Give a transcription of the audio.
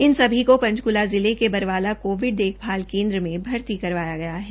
इन सभी को पंचकूला जिले के बरवाला कोविड देखभाल केन्द्र में भर्ती करवाया गया है